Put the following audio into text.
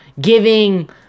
giving